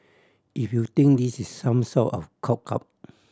if you think this is some sort of cop